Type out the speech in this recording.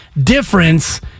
difference